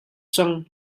cang